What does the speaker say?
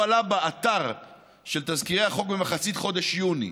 "התזכיר הועלה באתר של תזכירי החוק במחצית חודש יוני",